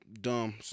dumb